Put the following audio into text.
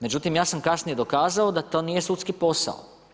Međutim, ja sam kasnije dokazao da to nije sudski posao.